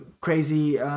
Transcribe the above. crazy